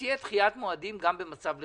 שתהיה דחיית מועדים גם במצב לחימה.